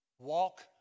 Walk